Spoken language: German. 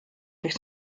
durch